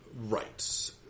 Right